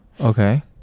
okay